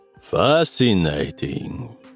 Fascinating